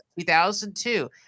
2002